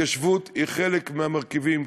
וההתיישבות היא אחד מהמרכיבים,